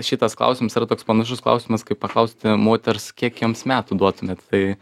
šitas klausimas yra toks panašus klausimas kaip paklausti moters kiek joms metų duotumėt tai